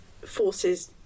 forces